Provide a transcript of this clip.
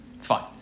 fine